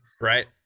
right